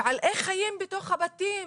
ועל איך חיים בתוך הבתים,